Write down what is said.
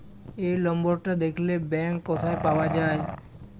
এই লম্বরটা দ্যাখলে ব্যাংক ক্যথায় পাউয়া যায়